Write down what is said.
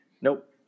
Nope